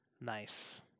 Nice